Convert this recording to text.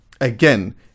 again